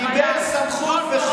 וקיבל לידיים שלו סמכות בחוק.